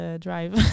drive